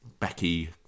Becky